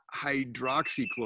hydroxychloroquine